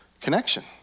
Connection